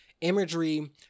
imagery